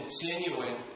continuing